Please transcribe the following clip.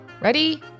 Ready